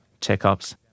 checkups